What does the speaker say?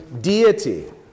deity